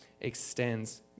extends